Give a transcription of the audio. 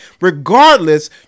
regardless